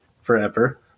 forever